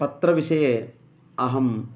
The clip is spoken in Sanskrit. पत्रविषये अहं